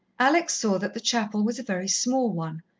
alex saw that the chapel was a very small one,